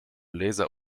laser